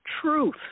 truth